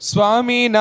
Swami